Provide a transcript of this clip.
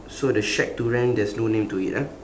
so the shack to rent there's no name to it ah